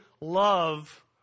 love